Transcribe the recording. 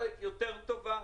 טובה.